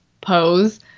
pose